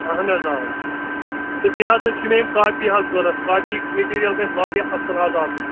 اہَن حظ آ تہٕ بیٚیہِ حظ چھِ مےٚ یِم کاپی حظ ضروٗرت کاپیِک مِٹیٖریَل گژھِ واریاہ اَصٕل حظ آسُن